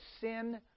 sin